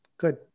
Good